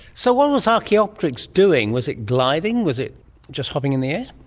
so what was archaeopteryx doing? was it gliding, was it just hopping in the air?